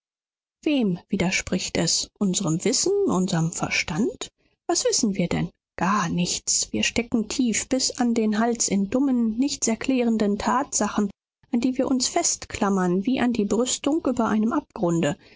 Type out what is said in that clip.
wem widerspricht es unserem wissen unserem verstand was wissen wir denn gar nichts wir stecken tief bis an den hals in dummen nichts erklärenden tatsachen an die wir uns festklammern wie an die brüstung über einem abgrunde